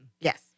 Yes